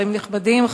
שרים נכבדים,